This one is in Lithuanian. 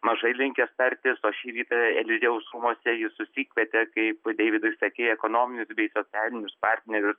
mažai linkęs tartis o šį rytą eliziejaus rūmuose jis susikvietė kaip deividai sakei ekonominius bei socialinius partnerius